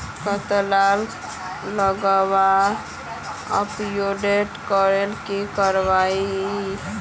कतला लगवार अपटूडेट करले की करवा ई?